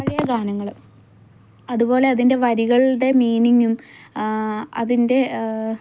പഴയ ഗാനങ്ങൾ അതുപോലെ അതിൻ്റെ വരികളുടെ മീനിംഗും അതിൻ്റെ